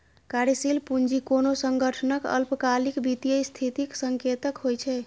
कार्यशील पूंजी कोनो संगठनक अल्पकालिक वित्तीय स्थितिक संकेतक होइ छै